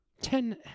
Ten